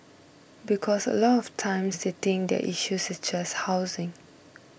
because a lot of times they think their issue is just housing